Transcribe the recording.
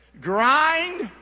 Grind